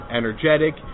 energetic